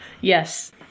Yes